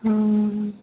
हँ